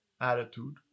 attitude